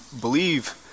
believe